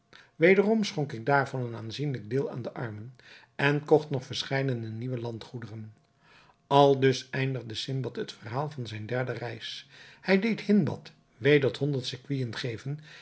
wederom schonk ik daarvan een aanzienlijk deel aan de armen en kocht nog verscheidene nieuwe landgoederen aldus eindigde sindbad het verhaal van zijne derde reis hij deed hindbad weder honderd sequinen geven